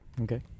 Okay